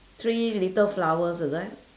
three little flowers is it